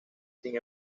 sin